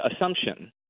assumption